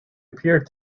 appeared